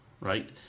Right